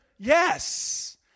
Yes